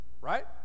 Right